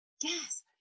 Yes